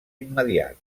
immediat